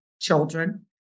children